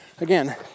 Again